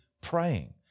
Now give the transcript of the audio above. praying